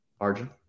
Arjun